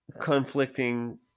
conflicting